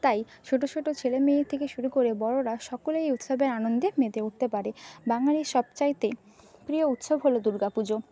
তাই ছোটো ছোটো ছেলে মেয়ে থেকে শুরু করে বড়োরা সকলেই এই উৎসবে আনন্দে মেতে উঠতে পারে বাঙালির সব চাইতে প্রিয় উৎসব হল দুর্গা পুজো